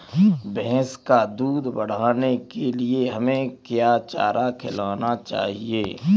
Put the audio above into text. भैंस का दूध बढ़ाने के लिए हमें क्या चारा खिलाना चाहिए?